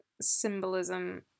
symbolism